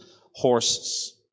horses